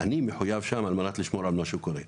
אני מחויב מבחינתי לשמור על מה שקורה שם.